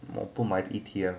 我不买 E_T_F